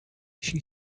she